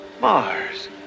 Mars